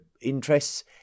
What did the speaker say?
interests